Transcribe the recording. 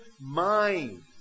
mind